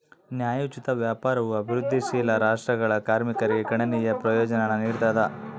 ನ್ಯಾಯೋಚಿತ ವ್ಯಾಪಾರವು ಅಭಿವೃದ್ಧಿಶೀಲ ರಾಷ್ಟ್ರಗಳ ಕಾರ್ಮಿಕರಿಗೆ ಗಣನೀಯ ಪ್ರಯೋಜನಾನ ನೀಡ್ತದ